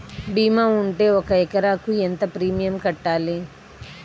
భీమా ఉంటే ఒక ఎకరాకు ఎంత ప్రీమియం కట్టాలి?